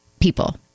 people